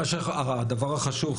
הדבר החשוב,